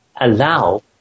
allow